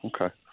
Okay